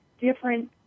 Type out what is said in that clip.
different